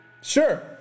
sure